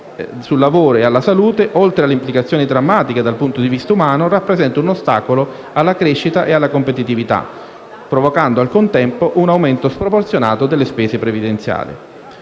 sul lavoro, oltre alle implicazioni drammatiche dal punto di vista umano, rappresentano un ostacolo alla crescita e alla competitività, provocando al contempo un aumento sproporzionato delle spese previdenziali.